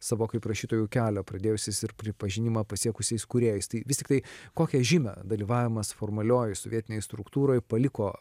savo kaip rašytojo kelią pradėjusiais ir pripažinimą pasiekusiais kūrėjais tai vis tiktai kokią žymę dalyvavimas formalioj sovietinėj struktūroj paliko